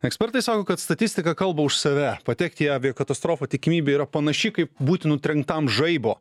ekspertai sako kad statistika kalba už save patekti į aviakatastrofą tikimybė yra panaši kaip būti nutrenktam žaibo